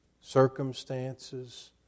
circumstances